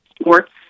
sports